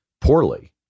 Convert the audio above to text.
poorly